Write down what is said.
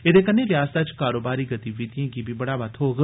एह्दे कन्नै रियासतै च कारोबारी गतिविधिएं गी बी बढ़ावा थ्होग